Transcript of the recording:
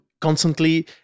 constantly